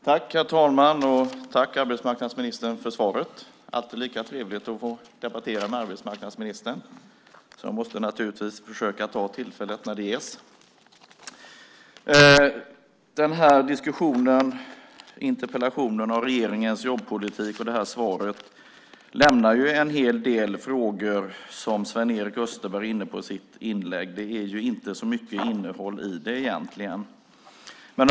Herr talman! Jag tackar arbetsmarknadsministern för svaret. Det är alltid lika trevligt att få debattera med arbetsmarknadsministern. Jag måste naturligtvis försöka ta tillfället när det ges. Den här interpellationen om regeringens jobbpolitik och det här svaret lämnar en hel del frågor, som Sven-Erik Österberg är inne på i sitt inlägg. Det är inte så mycket innehåll i det egentligen.